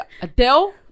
Adele